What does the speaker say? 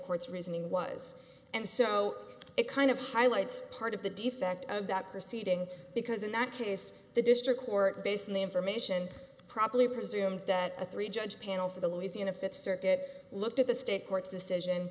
courts reasoning was and so it kind of highlights part of the defect of that proceeding because in that case the district court based on the information probably presumed that a three judge panel for the louisiana fifth circuit looked at the state court's decision